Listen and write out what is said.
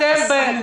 אסור לי.